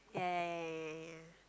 yeah yeah yeah yeah yeah yeah yeah